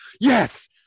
yes